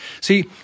See